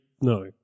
No